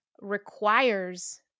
requires